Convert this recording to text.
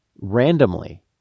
randomly